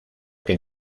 que